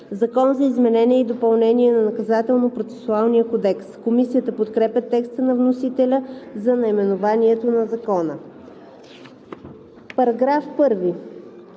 „Закон за изменение и допълнение на Наказателно процесуалния кодекс“.“ Комисията подкрепя текста на вносителя за наименованието на Закона. Комисията